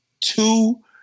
Two